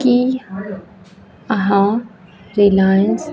की अहाँ रिलायंस